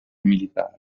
militare